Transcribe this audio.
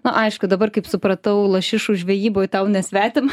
na aišku dabar kaip supratau lašišų žvejyboj tau nesvetima